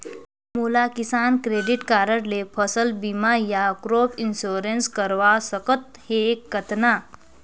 मोला किसान credit card ले फसल बीमा या क्रॉप इंश्योरेंस करवा सकथ हे कतना?